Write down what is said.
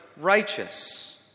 righteous